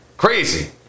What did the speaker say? Crazy